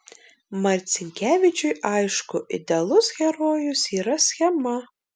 marcinkevičiui aišku idealus herojus yra schema